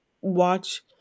watch